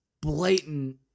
blatant